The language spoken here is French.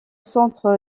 centre